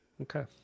Okay